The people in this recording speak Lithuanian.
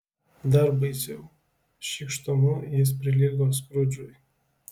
dar baisiau šykštumu jis prilygo skrudžui